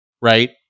Right